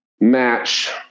match